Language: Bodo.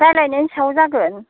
रायलायनायनि सायाव जागोन